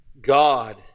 God